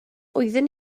wyddwn